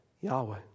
Yahweh